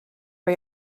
for